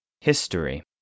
History